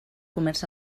comerç